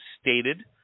stated